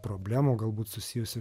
problemų galbūt susijusi